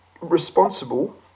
responsible